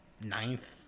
ninth